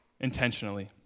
intentionally